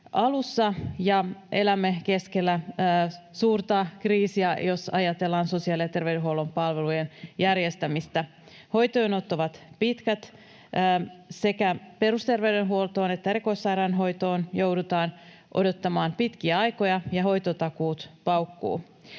ja elämme keskellä suurta kriisiä, jos ajatellaan sosiaali- ja terveydenhuollon palvelujen järjestämistä. Hoitojonot ovat pitkät. Sekä perusterveydenhuoltoon että erikoissairaanhoitoon joudutaan odottamaan pitkiä aikoja, ja hoitotakuut paukkuvat.